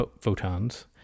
photons